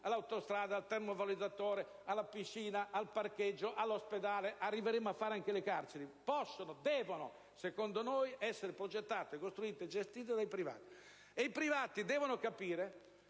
all'autostrada, al termovalorizzatore, alla piscina, al parcheggio, all'ospedale (arriveremo a realizzare anche le carceri) possono - devono secondo noi - essere progettate, costruite e gestite dai privati. E questi ultimi devono capire